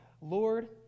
Lord